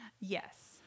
Yes